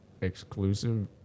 exclusive